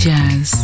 Jazz